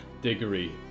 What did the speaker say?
Diggory